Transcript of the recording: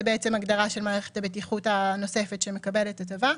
בעצם הגדרה של מערכת הבטיחות הנוספת שמקבלת הטבה,